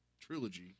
trilogy